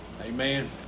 amen